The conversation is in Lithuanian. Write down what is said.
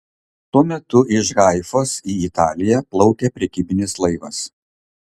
tuo metu iš haifos į italiją plaukė prekybinis laivas